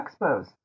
expos